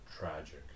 tragic